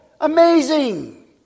Amazing